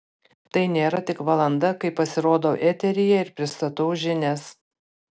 tai nėra tik valanda kai pasirodau eteryje ir pristatau žinias